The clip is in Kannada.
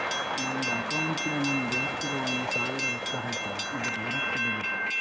ನಂದ್ ಅಕೌಂಟ್ಲೆ ನಮ್ ದೋಸ್ತುಗ್ ಒಂದ್ ಸಾವಿರ ರೊಕ್ಕಾ ಹಾಕಿನಿ, ಇದು ಡೈರೆಕ್ಟ್ ಡೆಬಿಟ್